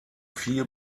vier